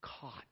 caught